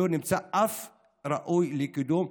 לא נמצא אף אחד ראוי לקידום,